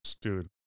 dude